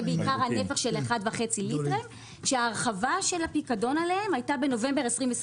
בעיקר נפח של 1.5 ליטר שההרחבה של הפיקדון עליהם הייתה בנובמבר 21',